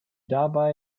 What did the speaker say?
dabei